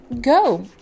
Go